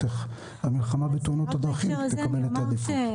איך המלחמה בתאונות הדרכים תקבל עדיפות.